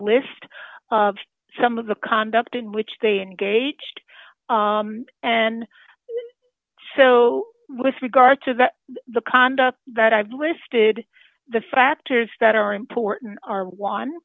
list of some of the conduct in which they engaged and so with regard to the conduct that i've listed the factors that are important are on